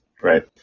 Right